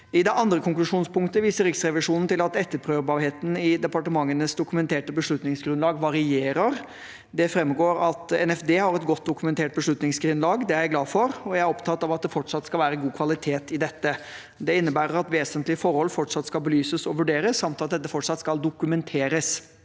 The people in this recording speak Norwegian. I det andre konklusjonspunktet viser Riksrevisjonen til at etterprøvbarheten i departementenes dokumenterte beslutningsgrunnlag varierer. Det framgår at NFD har et godt dokumentert beslutningsgrunnlag. Det er jeg glad for, og jeg er opptatt av at det fortsatt skal være god kvalitet i dette. Det innebærer at vesentlige forhold fortsatt skal belyses og vurderes, samt at dette fortsatt skal dokumenteres.